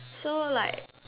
so like